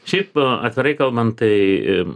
šiaip atvirai kalbant tai